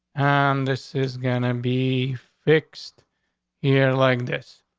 and this is gonna and be fixed here like this.